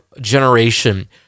generation